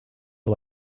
are